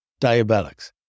diabetics